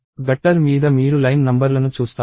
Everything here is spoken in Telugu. గట్టర్ మీద మీరు లైన్ నంబర్లను చూస్తారు